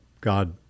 God